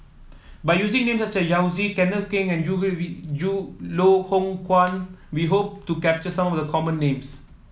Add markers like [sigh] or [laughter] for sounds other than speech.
by using name such as Yao Zi Kenneth Keng and [unintelligible] Loh Hoong Kwan we hope to capture some of the common names